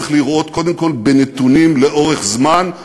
צריך לראות קודם כול בנתונים לאורך זמן,